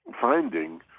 finding